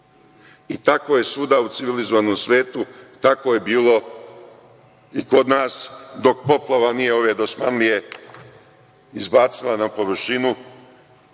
Tako je svuda u civilizovanom svetu, tako je bilo i kod nas, dok poplava nije ove dosmanlije izbacila na površinu